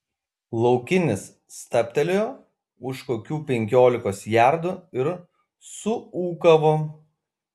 laukinis stabtelėjo už kokių penkiolikos jardų ir suūkavo